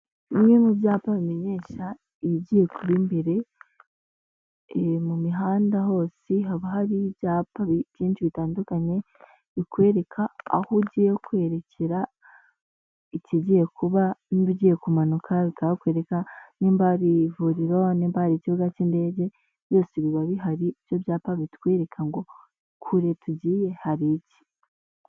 Bimwe mu byapa bimenyesha ibigiye kuba imbere, mu mihanda hose, haba hari ibyapa byinshi bitandukanye, bikwereka aho ugiye kwerekera, ikigiye kuba, niba ugiye kumanuka bikahakwereka, niba hari ivuriro, niba hari ikibuga cy'indege, byose biba bihari, ibyo byapa bitwereka ngo, kure tugiye hari iki.